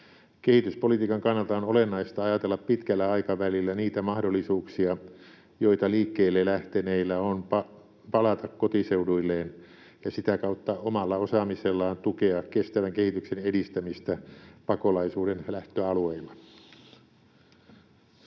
Kehityspolitiikan kannalta on olennaista ajatella pitkällä aikavälillä niitä mahdollisuuksia, joita liikkeelle lähteneillä on palata kotiseuduilleen ja sitä kautta omalla osaamisellaan tukea kestävän kehityksen edistämistä pakolaisuuden lähtöalueilla.